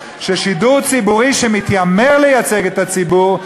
ששידור ציבורי שמתיימר לייצג את הציבור,